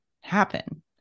happen